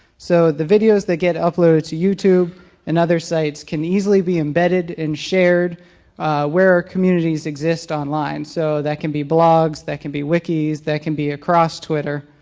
so the videos that get uploaded to youtube and other sites can easily be embedded and shared where our communities exist online. so that can be blogs. that can be wiki's. that can be across twitter.